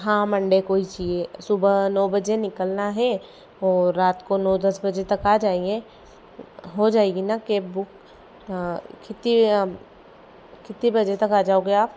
हाँ मंडे को ही चाहिए सुबह नौ बजे निकलना है और नौ दस बजे तक आ जाएंगे हो जाएगी ना केब बुक कितनी कितने बजे तक आ जाओगे आप